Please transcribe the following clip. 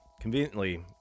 conveniently